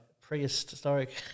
Prehistoric